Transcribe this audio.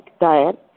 diet